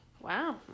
Wow